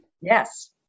Yes